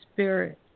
Spirit